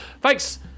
thanks